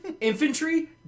Infantry